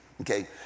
okay